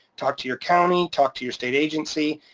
talk to your county, talk to your state agency,